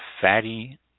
fatty